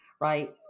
Right